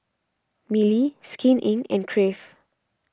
Mili Skin Inc and Crave